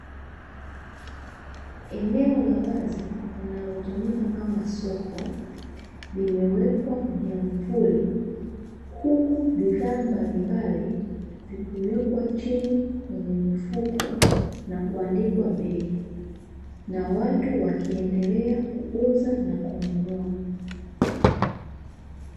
Eneo la wazi linalotumika kama soko limewekwa miamvuli huku bidhaa mbalimbali zikiwekwa chini kwenye mifuko na kuandikwa bei na watu wakiendelea kuuza na kununua.